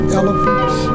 elephants